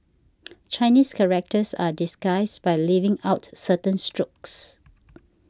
Chinese characters are disguised by leaving out certain strokes